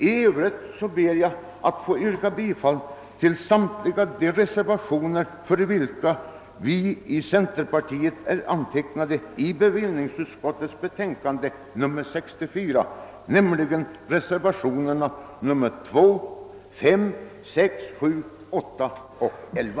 I övrigt ber jag att få yrka bifall till samtliga de reservationer vid bevillningsutskottets utlåtande nr 64 för vilka de centerpartistiska ledamöterna antecknat sig, nämligen reservationerna nr 2, 5, 6, 7, 8 och 11: